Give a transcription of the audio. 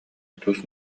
тус